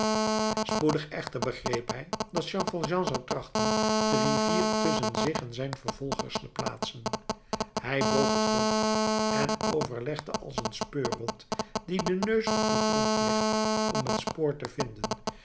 spoedig echter begreep hij dat jean valjean zou trachten de rivier tusschen zich en zijn vervolgers te plaatsen hij boog het hoofd en overlegde als een speurhond die den neus op den grond legt om het spoor te vinden